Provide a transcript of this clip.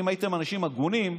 אם הייתם אנשים הגונים,